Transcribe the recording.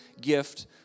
gift